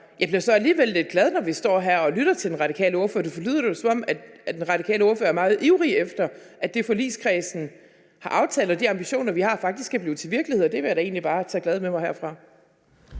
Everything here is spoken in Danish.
Jeg bliver så alligevel lidt glad, for når vi står her og lytter til den radikale ordfører, lyder det jo, som om den radikale ordfører er meget ivrig efter, at det, forligskredsen har aftalt, og de ambitioner, vi har, faktisk kan blive til virkelighed, og det vil jeg da egentlig bare tage glad med mig herfra.